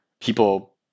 people